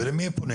ולמי הם פונים?